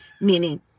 meaning